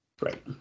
Right